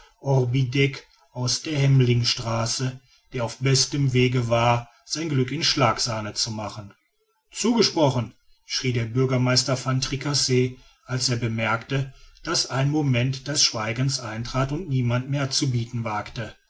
aus der hemling straße der auf bestem wege war sein glück in schlagsahne zu machen zugesprochen schrie der bürgermeister van tricasse als er bemerkte daß ein moment des schweigens eintrat und niemand mehr zu bieten wagte